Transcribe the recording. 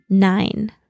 Nine